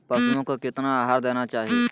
पशुओं को कितना आहार देना चाहि?